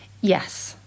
Yes